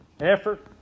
effort